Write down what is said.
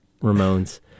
Ramones